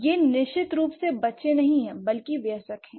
यह निश्चित रूप से बच्चे नहीं हैं बल्कि वयस्क हैं